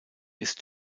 ist